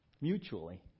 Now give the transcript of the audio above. Mutually